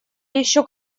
еще